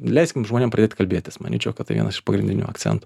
leiskim žmonėm pradėti kalbėtis manyčiau kad vienas pagrindinių akcentų